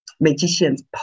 magicians